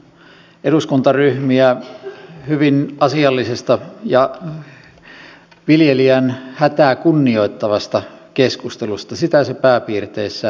kiitän eduskuntaryhmiä hyvin asiallisesta ja viljelijän hätää kunnioittavasta keskustelusta sitä se pääpiirteissään oli